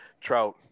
trout